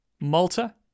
Malta